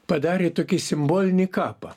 padarė tokį simbolinį kapą